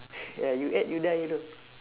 ya you add you die you know